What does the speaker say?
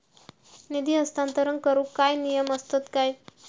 निधी हस्तांतरण करूक काय नियम असतत काय?